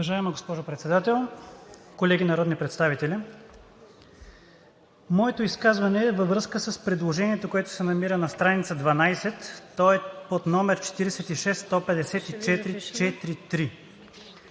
Уважаема госпожо Председател, колеги народни представители! Моето изказване е във връзка с предложението, което се намира на страница 12, то е под № 46-154-43.